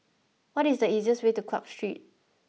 what is the easiest way to Clarke Street